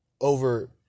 over